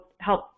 help